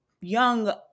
young